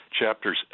chapters